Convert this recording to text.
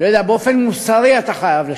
באופן מוסרי, אתה חייב לשנות.